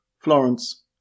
Florence